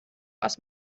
aus